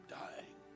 dying